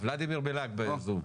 חבר הכנסת בליאק מצטרף אלינו בזום.